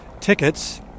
tickets